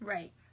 Right